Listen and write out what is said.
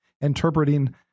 interpreting